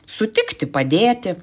sutikti padėti